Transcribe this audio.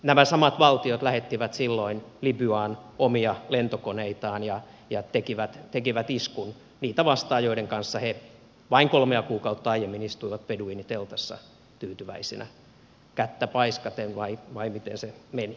nämä samat valtiot lähettivät silloin libyaan omia lentokoneitaan ja tekivät iskun niitä vastaan joiden kanssa he vain kolmea kuukautta aiemmin istuivat beduiiniteltassa tyytyväisinä kättä paiskaten vai miten se nyt meni